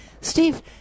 Steve